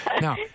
Now